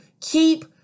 Keep